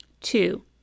Two